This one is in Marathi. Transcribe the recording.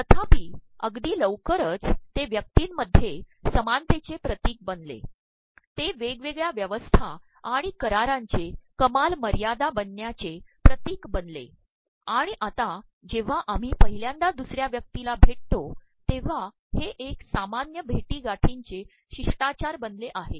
तर्ाप्रप अगदी लवकरच ते व्यक्तींमध्येसमानतेचेितीक बनले तेवेगवेगळ्या व्यवस्त्र्ा आणण करारांचे कमाल मयायदा बनण्याचे ितीक बनले आणण आता जेव्हा आम्ही पद्रहल्यांदा दसु र्या व्यक्तीला भेितो तेव्हा हे एक सामान्य भेिीगाठींचे मशष्िाचार बनले आहे